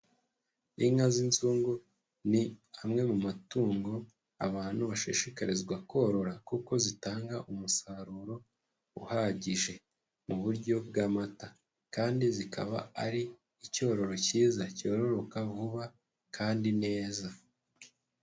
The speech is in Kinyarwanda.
Inka z'inzungu ni amwe mu matungo abantu bashishikarizwa korora kuko zitanga umusaruro uhagije mu buryo bw'amata kandi zikaba ari icyororo cyiza cyororoka vuba kandi neza.